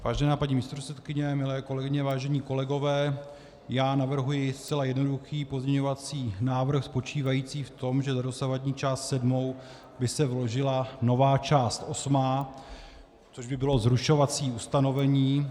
Vážená paní místopředsedkyně, milé kolegyně, vážení kolegové, navrhuji zcela jednoduchý pozměňovací návrh spočívající v tom, že za dosavadní část sedmou by se vložila nová část osmá, což by bylo zrušovací ustanovení.